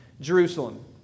Jerusalem